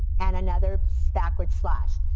and another backward slash.